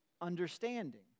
understanding